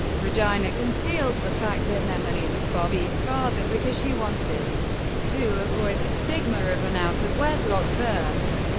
regina concealed the fact that nemenyi was bobby's father, because she wanted to avoid the stigma of an out-of-wedlock birth.